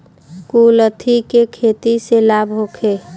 कुलथी के खेती से लाभ होखे?